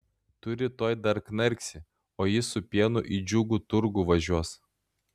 tu rytoj dar knarksi o jis su pienu į džiugų turgų važiuos